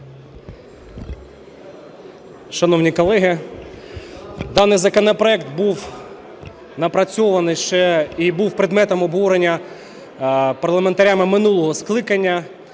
Шановні колеги, даний законопроект був напрацьований ще і був предметом обговорення парламентарями минулого скликання,